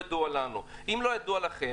אם לא ידוע לכם,